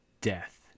death